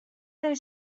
their